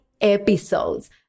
episodes